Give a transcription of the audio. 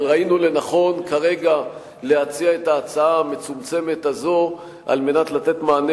אבל ראינו לנכון כרגע להציע את ההצעה המצומצמת הזאת על מנת לתת מענה